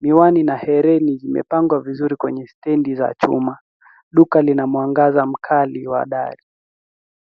Miwani na herini zimepangwa vizuri kwenye stendi za chuma. Duka lina mwangaza mkali wa dari.